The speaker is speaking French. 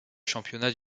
championnat